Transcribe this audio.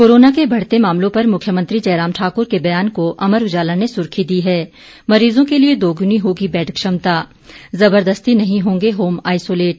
corona के बढ़ते मामलों पर मुख्यमंत्री जयराम ठाकुर के बयान को अमर उजाला ने सुर्खी दी है मरीजों के लिए दोगुनी होगी बेड क्षमता जबरदस्ती नहीं होंगे होम आइसोलेट